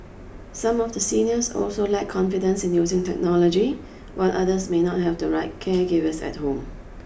some of the seniors also lack confidence in using technology while others may not have the right caregivers at home